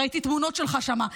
ראיתי תמונות שלך שם,